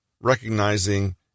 recognizing